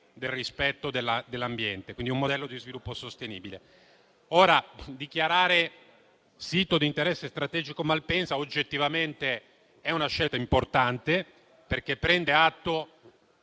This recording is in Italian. del rispetto dell'ambiente, puntando quindi a un modello di sviluppo sostenibile. Dichiarare sito di interesse strategico Malpensa oggettivamente è una scelta importante, perché prende atto